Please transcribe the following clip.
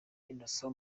innocent